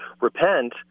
repent